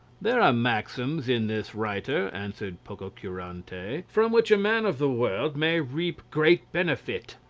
there are maxims in this writer, answered pococurante, from which a man of the world may reap great benefit,